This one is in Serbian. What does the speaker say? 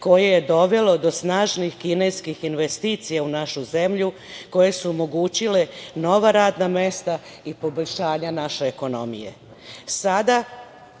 koje je dovelo do snažnih kineskih investicija u našu zemlju, koje su omogućile nova radna mesta i poboljšanje naše ekonomije. Da